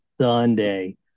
Sunday